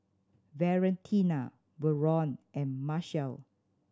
Valentina Verlon and Marcel